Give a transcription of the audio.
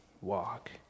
walk